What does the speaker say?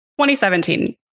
2017